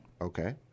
Okay